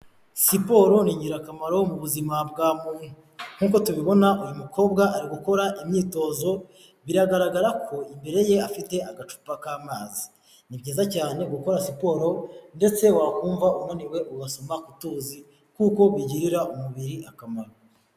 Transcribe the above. Siporo ni ingirakamaro mu buzima bwa muntu, nkuko tubibona uyu mukobwa ari gukora imyitozo, biragaragara ko imbere ye afite agacupa k'amazi, ni byiza cyane gukora siporo ndetse wakumva unaniwe ugasoma ku tuzi, kuko bigirira umubiri akamaro.